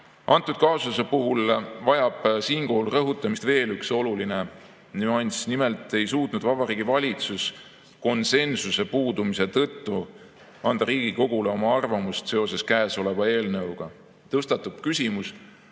Antud kaasuse puhul vajab rõhutamist veel üks oluline nüanss. Nimelt ei suutnud Vabariigi Valitsus konsensuse puudumise tõttu anda Riigikogule oma arvamust käesoleva eelnõu kohta. Tõstatub küsimus,